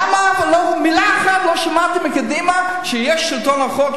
למה מלה אחת לא שמעתי מקדימה שיש שלטון החוק,